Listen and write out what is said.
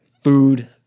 food